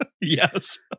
Yes